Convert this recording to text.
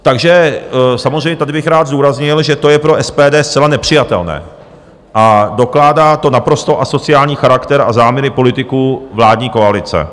Takže samozřejmě tady bych rád zdůraznil, že to je pro SPD zcela nepřijatelné a dokládá to naprosto asociální charakter a záměry politiků vládní koalice.